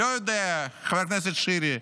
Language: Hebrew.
לא יודע, חבר הכנסת שירי.